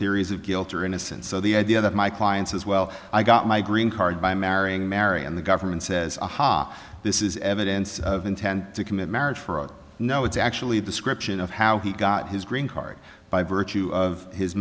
theories of guilt or innocence so the idea that my clients is well i got my green card by marrying mary and the government says aha this is evidence of intent to commit marriage fraud no it's actually a description of how he got his green card by virtue of his